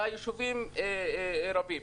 והיישובים רבים.